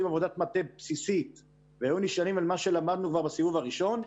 עבודת מטה בסיסית והיו נשענים על מה שלמדנו כבר בסיבוב הראשון,